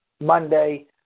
Monday